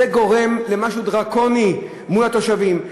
זה גורם למשהו דרקוני מול התושבים,